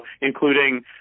including